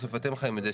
בסוף אתם חיים את זה.